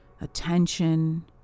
attention